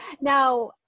Now